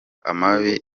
amabi